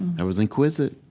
i was inquisitive